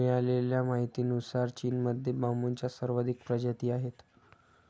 मिळालेल्या माहितीनुसार, चीनमध्ये बांबूच्या सर्वाधिक प्रजाती आहेत